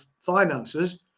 finances